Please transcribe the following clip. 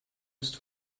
ist